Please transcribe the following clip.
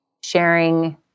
sharing